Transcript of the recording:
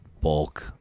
bulk